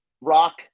Rock